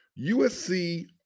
USC